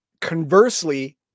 Conversely